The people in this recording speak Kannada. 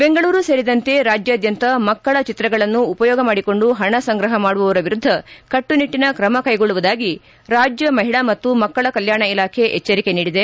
ಬೆಂಗಳೂರು ಸೇರಿದಂತೆ ರಾಜ್ಯಾದ್ಯಂತ ಮಕ್ಕಳ ಚಿತ್ರಗಳನ್ನು ಉಪಯೋಗ ಮಾಡಿಕೊಂಡು ಪಣ ಸಂಗ್ರಪ ಮಾಡುವವರ ವಿರುದ್ ಕಟ್ಟುನಿಟ್ಟಿನ ಕ್ರಮ ಕೈಗೊಳ್ಳುವುದಾಗಿ ರಾಜ್ಯ ಮಹಿಳಾ ಮತ್ತು ಮಕ್ಕಳ ಕಲ್ಹಾಣ ಇಲಾಖೆ ಎಚ್ಚರಿಕೆ ನೀಡಿದೆ